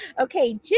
Okay